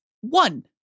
one